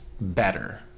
better